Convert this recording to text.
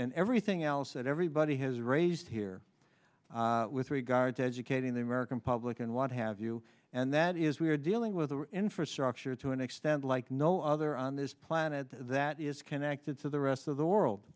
and everything else that everybody has raised here with regard to educating the american public and what have you and that is we are dealing with the infrastructure to an extent like no other on this planet that is connected to the rest of the world